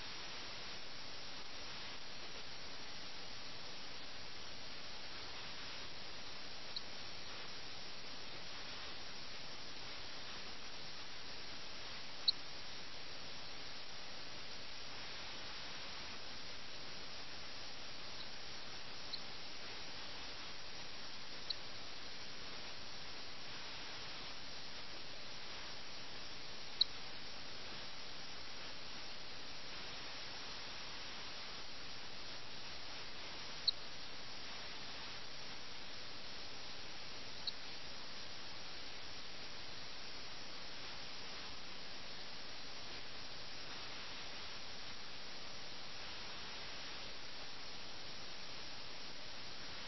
ഞാൻ ഇതിനെ ധാർമ്മിക പകർച്ചവ്യാധി എന്ന് വിളിക്കുന്നു കാരണം അധികാരശ്രേണികൾ അട്ടിമറിക്കപ്പെടുന്നു ക്രമം തകിടം മറിയുന്നു സാമൂഹിക ക്രമം തകിടം മറിയുന്നു സേവകർ അത് ചെയ്യുന്നു സന്ദേശവാഹകർ അത് ചെയ്യുന്നു കാരണം അവർ വ്യാജ സന്ദേശവാഹകരായി പ്രവർത്തിക്കുന്നു ഭാര്യമാരും അപ്രകാരം ചെയ്യുന്നു കാരണം ഗൃഹാതുരത്വം തകരുന്നു